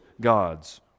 God's